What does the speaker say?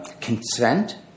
consent